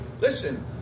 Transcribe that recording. Listen